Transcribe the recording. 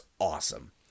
awesome